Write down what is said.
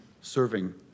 serving